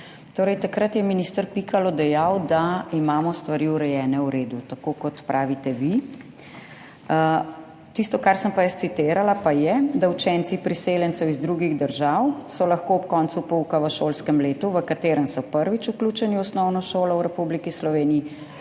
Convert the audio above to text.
takrat je minister Pikalo dejal, da imamo stvari urejene v redu, tako kot pravite vi. Tisto, kar sem jaz citirala, pa je, da so učenci priseljencev iz drugih držav lahko ob koncu pouka v šolskem letu, v katerem so prvič vključeni v osnovno šolo v Republiki Sloveniji,